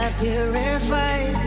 purified